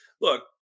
look